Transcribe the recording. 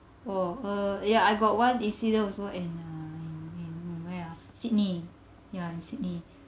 oh uh ya I got one incident also and uh uh in in in where ah uh sydney ya in sydney